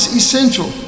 essential